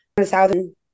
thousand